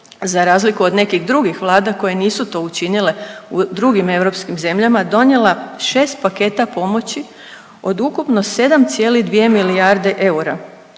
za razliku od nekih drugih vlada koje nisu to učinile u drugim europskim zemljama donijela 6 paketa pomoći od ukupno 7,2 milijarde eura